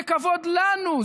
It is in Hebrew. זה כבוד לנו,